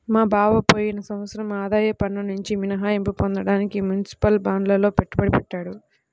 మా బావ పోయిన సంవత్సరం ఆదాయ పన్నునుంచి మినహాయింపు పొందడానికి మునిసిపల్ బాండ్లల్లో పెట్టుబడి పెట్టాడు